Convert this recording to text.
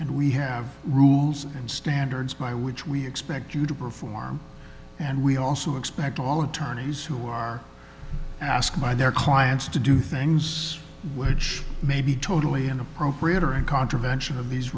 and we have rules and standards by which we expect you to perform and we also expect all attorneys who are asked by their clients to do things which may be totally inappropriate or in contravent